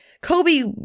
Kobe